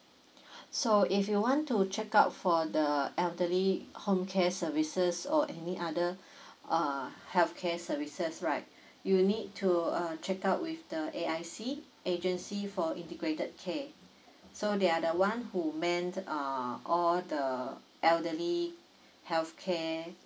so if you want to check out for the elderly home care services or any other uh healthcare services right you need to uh check out with the A_I_C agency for integrated care so they are the one who meant all the uh elderly healthcare